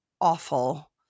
awful